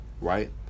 right